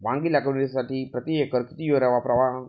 वांगी लागवडीसाठी प्रति एकर किती युरिया वापरावा?